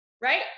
right